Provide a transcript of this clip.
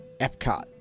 Epcot